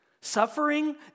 Suffering